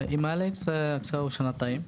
עם אלכס בסביבות שנתיים.